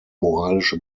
moralische